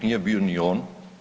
Nije bio ni on.